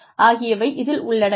ஆகியவை இதில் உள்ளடங்கும்